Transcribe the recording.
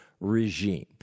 regime